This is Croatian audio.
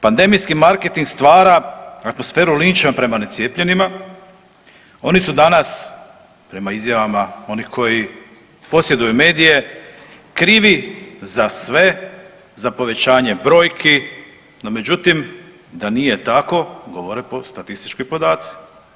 Pandemijski marketing stvara atmosferu linča prema necijepljenima, oni su danas prema izjavama onih koji posjeduju medije krivi za sve, za povećanje brojki, no međutim da nije tako govore statistički podaci.